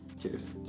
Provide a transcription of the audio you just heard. Cheers